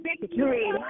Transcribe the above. victory